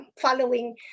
following